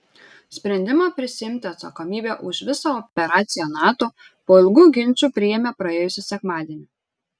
sprendimą prisiimti atsakomybę už visą operaciją nato po ilgų ginčų priėmė praėjusį sekmadienį